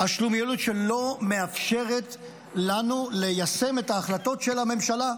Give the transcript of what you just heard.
השלומיאליות שלא מאפשרת לנו ליישם את ההחלטות של הממשלה,